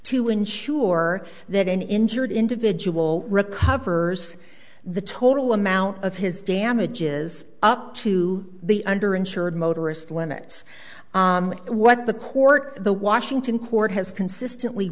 to insure that an injured individual recovers the total amount of his damage is up to the under insured motorist limits what the court the washington court has consistently